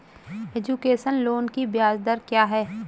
Education loan की ब्याज दर क्या है?